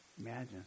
Imagine